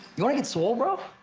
you wanna get swole, bro?